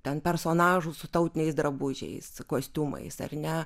ten personažų su tautiniais drabužiais kostiumais ar ne